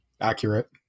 Accurate